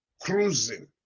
cruising